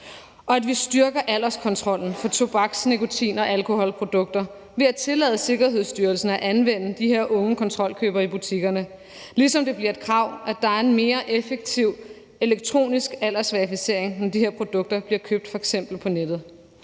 og vi styrker alderskontrollen for tobaks-, nikotin- og alkoholprodukter ved at tillade Sikkerhedsstyrelsen at anvende de her unge kontrolkøbere i butikkerne, ligesom det bliver et krav, at der er en mere effektiv elektronisk aldersverificering, når de her produkter bliver købt f.eks. på nettet.